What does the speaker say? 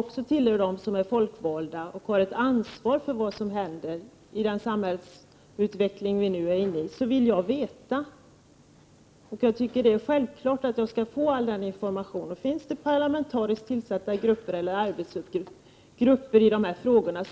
också jag tillhör de folkvalda och har ett ansvar för vad som händer i den utveckling som nu äger rum i samhället, vill jag ha information om detta. Jag tycker att det är självklart att jag skall få all denna information. Om det finns parlamentariskt tillsatta arbetsgrupper för dessa frågor.